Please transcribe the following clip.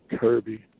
Kirby